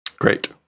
Great